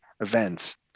events